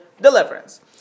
deliverance